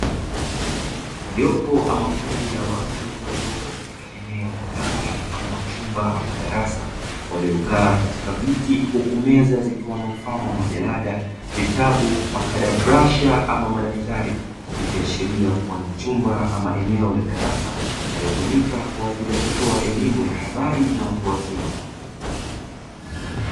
Jopo ama kundi la watu waliopo katika eneo la ndani mfano wa chumba ama darasa, waliokaa katika viti huku meza zikiwa na mfano wa majalada, vitabu, makarabrasha ama madaftari; ikiashiria kuwa ni chumba ama eneo la darasa, linalotumika kwa ajili ya kutoa elimu ya habari na watu wazima.